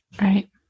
Right